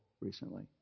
recently